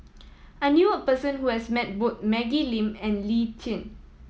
I knew a person who has met both Maggie Lim and Lee Tjin